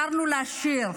שרנו לה שיר: